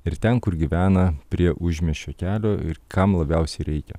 ir ten kur gyvena prie užmiesčio kelio ir kam labiausiai reikia